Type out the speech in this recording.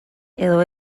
edo